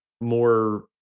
more